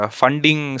funding